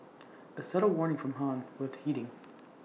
A subtle warning from han worth heeding